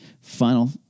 final